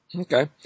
Okay